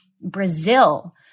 Brazil